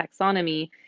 taxonomy